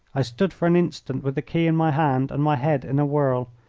i stood for an instant with the key in my hand and my head in a whirl.